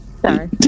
Sorry